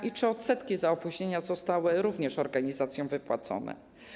I czy odsetki za opóźnienia zostały również organizacjom wypłacone?